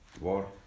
war